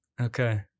Okay